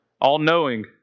All-knowing